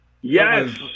Yes